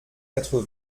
quatre